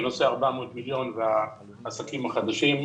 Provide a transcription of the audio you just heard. בנושא 400 מיליון שקל והעסקים החדשים.